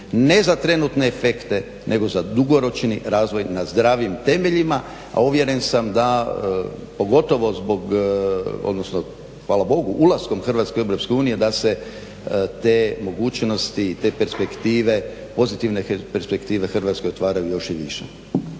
ne za trenutne efekte nego za dugoročni razvoj na zdravim temeljima, a uvjeren sam da pogotovo zbog, odnosno hvala Bogu ulaskom Hrvatske u EU da se te mogućnosti, te perspektive, pozitivne perspektive Hrvatskoj otvaraju još i više.